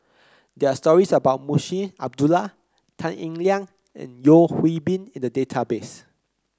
there are stories about Munshi Abdullah Tan Eng Liang and Yeo Hwee Bin in the database